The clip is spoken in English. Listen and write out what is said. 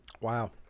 Wow